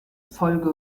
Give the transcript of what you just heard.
folge